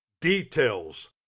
details